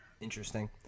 interesting